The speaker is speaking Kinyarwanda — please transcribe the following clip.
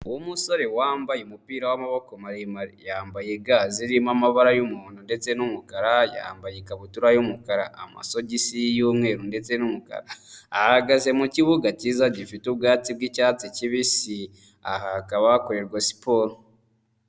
Umusore wambaye umupira w'amaboko maremare, yambaye ga zirimo amabara y'umuhondo ndetse n'umukara, yambaye ikabutura y'umukara, amasogisi y'umweru ndetse n'umukara. Ahagaze mu kibuga cyiza gifite ubwatsi bw'icyatsi kibisi. Aha hakaba hakorerwa siporo.